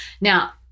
Now